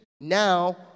Now